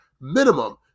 minimum